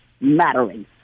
mattering